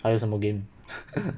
还有什么 game